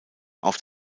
auf